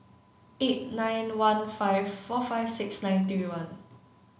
eight nine one five four five six nine three one